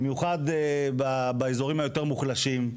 במיוחד באיזורים היותר מוחלשים.